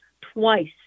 twice